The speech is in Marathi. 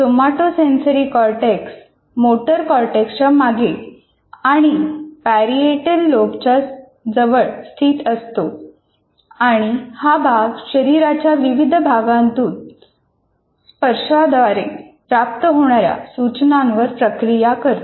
सोमाटोसेन्झरी कॉर्टेक्स मोटर कॉर्टेक्सच्या मागे आणि पॅरिएटल लोबच्याजवळ स्थित असतो आणि हा भाग शरीराच्या विविध भागांतून स्पर्शाद्वारे प्राप्त होणाऱ्या सूचनांवर प्रक्रिया करतो